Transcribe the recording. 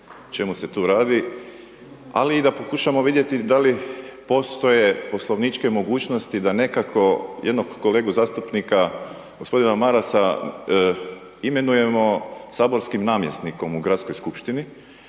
čemu se tu radi, ali i da pokušamo vidjeti da li postoje poslovničke mogućnosti, da nekako, jednog kolegu zastupnika, g. Marasa imenujemo saborskim namjesnikom u gradskoj skupštini,